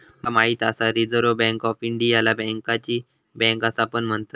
माका माहित आसा रिझर्व्ह बँक ऑफ इंडियाला बँकांची बँक असा पण म्हणतत